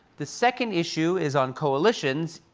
the second issue is on coalitions.